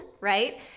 right